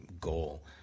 goal